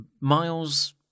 miles